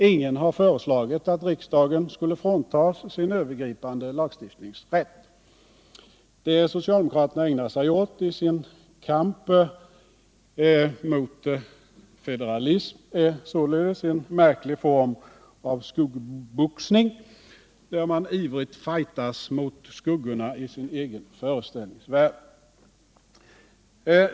Ingen har föreslagit att riksdagen skulle fråntas sin övergripande lagstiftningsrätt. Det socialdemokraterna ägnar sig åt i sin kamp mot federalism är således en märklig form av skuggboxning, där man ivrigt fajtas mot skuggorna i sin egen föreställningsvärld.